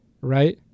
right